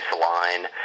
line